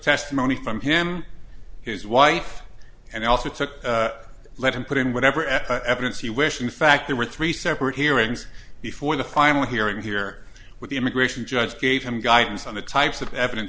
testimony from him his wife and also took let him put in whatever at evidence he wished in fact there were three separate hearings before the final hearing here with the immigration judge gave him guidance on the types of evidence